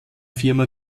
firma